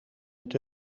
het